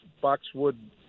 boxwood